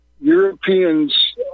Europeans